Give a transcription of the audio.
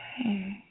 Okay